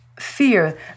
fear